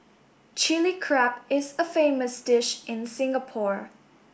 Chilli Crab is a famous dish in Singapore